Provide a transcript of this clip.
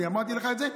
אמרתי לך את זה.